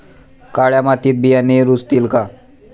काळ्या मातीत बियाणे रुजतील का?